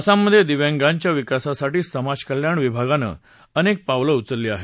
आसाममध्ये दिव्यांगांच्या विकासासाठी समाज कल्याण विभागानं अनेक पावलं उचलली आहेत